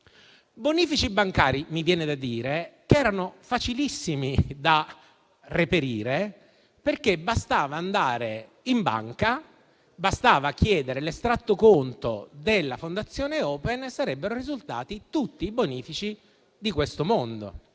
bonifici bancari, che - mi viene da dire - erano facilissimi da reperire, perché bastava andare in banca, chiedere l'estratto conto della fondazione Open e sarebbero risultati tutti. Invece si prendono